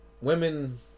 women